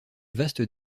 vaste